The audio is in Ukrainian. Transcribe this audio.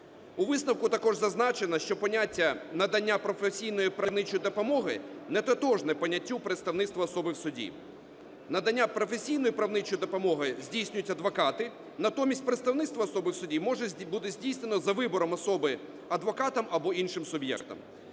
У висновку також зазначено, що поняття "надання професійної правничої допомоги" не тотожне поняттю "представництво особи в суді". Надання професійної правничої допомоги здійснюють адвокати, натомість представництво особи в суді може бути здійснено за вибором особи адвокатом або іншим суб’єктом.